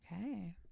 okay